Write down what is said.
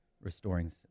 restoring